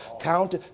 count